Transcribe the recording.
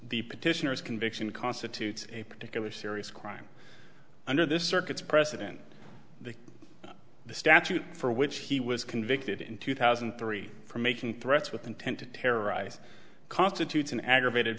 the petitioners conviction constitutes a particular serious crime under this circuit's president the the statute for which he was convicted in two thousand and three for making threats with intent to terrorize constitutes an aggravated